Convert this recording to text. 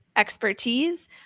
Expertise